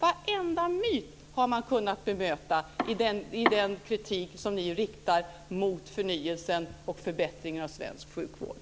Varenda myt har man kunna bemöta i den kritik som är riktad mot förnyelsen och förbättringen av svensk sjukvård.